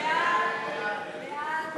לקידום הבנייה במתחמים מועדפים לדיור (הוראת שעה),